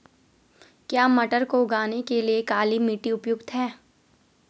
क्या मटर को उगाने के लिए काली मिट्टी उपयुक्त है?